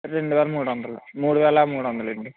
రెండు వేల మూడు వందలు మూడు వేల మూడు వందలు అండి